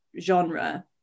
genre